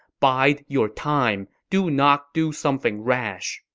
bide your time do not do something rash.